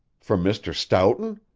from mr. stoughton?